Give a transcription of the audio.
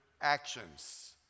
actions